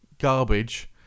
garbage